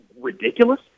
ridiculous